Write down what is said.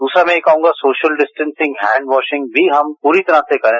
दूसरा मैं यह कहूंगा कि सोशल डिस्टैंसिंग हैंडवाशिंग भी हम पूरी तरह से करें